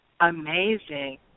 Amazing